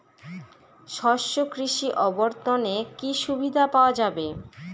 শস্য কৃষি অবর্তনে কি সুবিধা পাওয়া যাবে?